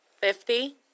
Fifty